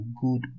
good